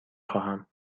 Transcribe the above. خواهم